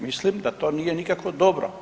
Mislim da to nije nikako dobro.